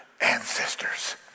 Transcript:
ancestors